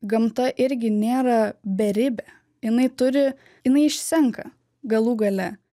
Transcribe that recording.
gamta irgi nėra beribė jinai turi jinai išsenka galų gale